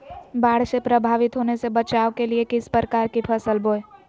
बाढ़ से प्रभावित होने से बचाव के लिए किस प्रकार की फसल बोए?